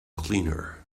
cleaner